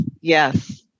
Yes